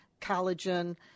collagen